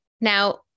Now